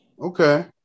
Okay